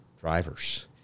drivers